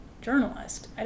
journalist